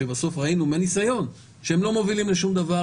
שבסוף ראינו מהניסיון שהם לא מובילים לשום דבר,